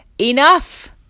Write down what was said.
enough